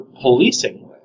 policing